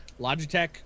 Logitech